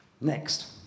Next